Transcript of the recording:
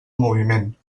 moviment